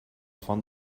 font